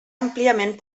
àmpliament